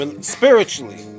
spiritually